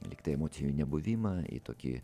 lyg tai emocijų nebuvimą į tokį